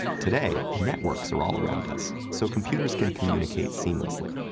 today, networks are all around us, so computers can communicate seamlessly.